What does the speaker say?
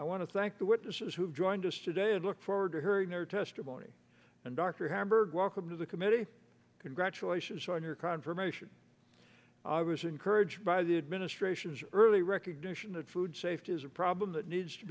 i want to thank the witnesses who have joined us today and look forward to hearing their testimony and dr hamburg welcome to the committee congratulations on your confirmation i was encouraged by the administration's early recognition that food safety is a problem that needs to